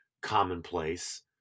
commonplace